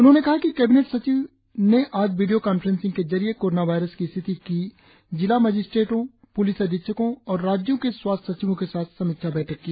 उन्होंने कहा कि कैबिनेट सचिव ने आज वीडियो कान्फ्रेंसिंग के जरिये कोरोना वायरस की स्थिति की जिला मजिस्ट्रेटों प्लिस अधीक्षकों और राज्यों के स्वास्थ्य सचिवों के साथ समीक्षा बैठक की